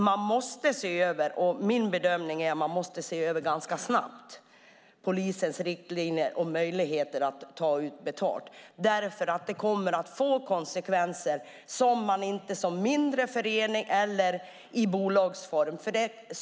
Man måste se över polisens riktlinjer och möjligheter att ta betalt, och min bedömning är att man måste göra det ganska snabbt. Det kommer ju att bli konsekvenser för dem som är en mindre förening eller i bolagsform.